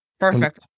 Perfect